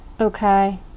okay